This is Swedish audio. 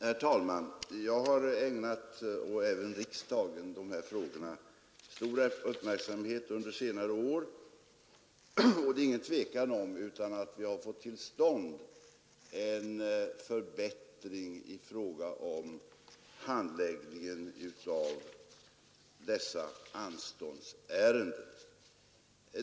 Herr talman! Jag och även riksdagen har ägnat de här frågorna stor uppmärksamhet under senare år, och det är inget tvivel om att vi har fått till stånd en förbättring i handläggningen av dessa anståndsärenden.